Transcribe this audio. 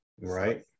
Right